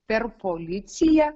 per policiją